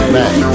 man